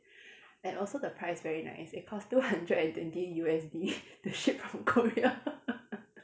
and also the price very nice it costs two hundred and twenty U_S_D to ship from korea